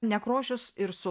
nekrošius ir su